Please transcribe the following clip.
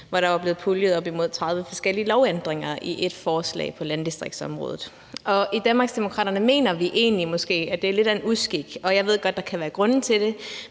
hvor der var blevet puljet op imod 30 forskellige lovændringer i ét forslag på landdistriktsområdet. I Danmarksdemokraterne mener vi måske egentlig, at det er lidt af en uskik. Jeg ved godt, at der kan være grunde til det,